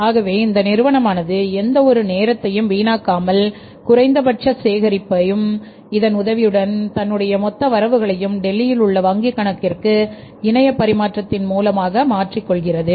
ஆகவே இந்த நிறுவனமானது எந்த ஒரு நேரத்தையும் வீணாக்காமல் குறைந்தபட்சம் சேகரிப்பும் இதன் உதவியுடன் தன்னுடைய மொத்த வரவுகளையும் டெல்லியில் உள்ள வங்கிக் கணக்கிற்கு இணைய பரிமாற்றத்தின் மூலமாக மாற்றிக் கொள்கிறது